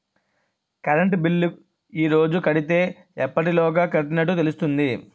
Current bill ఈ రోజు కడితే ఎప్పటిలోగా కట్టినట్టు తెలుస్తుంది?